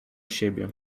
siebie